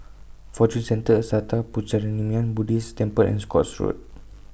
Fortune Centre Sattha Puchaniyaram Buddhist Temple and Scotts Road